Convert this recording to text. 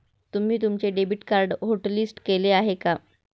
तुम्ही तुमचे debit card hotlist केले आहे का?